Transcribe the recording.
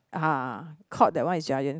ah Courts that one is Giant